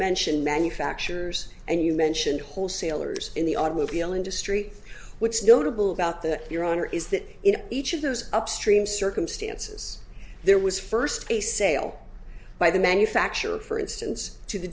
mention manufacturers and you mentioned wholesalers in the automobile industry what's notable about the your honor is that in each of those upstream circumstances there was first a sale by the manufacturer for instance to the